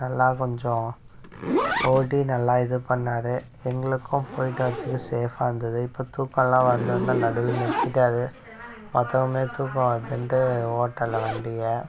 நல்லா கொஞ்சம் ஓட்டி நல்லா இது பண்ணாரு எங்களுக்கும் போயிட்டு வர்றதுக்கு சேஃபாக இருந்தது இப்போ தூக்கம்லாம் வந்ததுனால் நடுவில் நிறுத்திட்டாரு மற்றவங்க மாரி தூக்கம் வருதுன்ட்டு ஓட்டலை வண்டியை